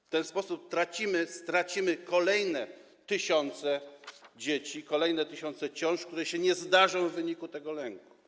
W ten sposób stracimy kolejne tysiące dzieci, kolejne tysiące ciąż, które się nie zdarzą w wyniku tego lęku.